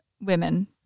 women